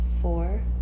four